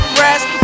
rest